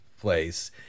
place